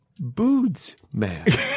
Bootsman